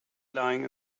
lying